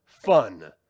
fun